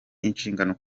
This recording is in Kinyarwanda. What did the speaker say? inshingano